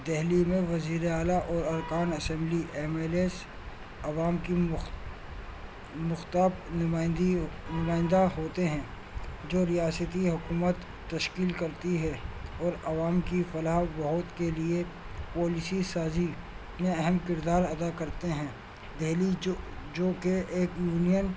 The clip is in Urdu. دلی میں وزیر اعلیٰ اور ارکان اسمبلی ایم ایل ایس عوام کی مختب نمائندی نمائندہ ہوتے ہیں جو ریاستی حکومت تشکیل کرتی ہے اور عوام کی فلاح بہبو کے لیے پالیسی سازی میں اہم کردار ادا کرتے ہیں دلی جو جو کہ ایک یونین